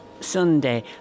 Sunday